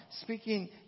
speaking